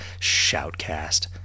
shoutcast